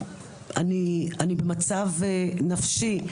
אני במצב נפשי.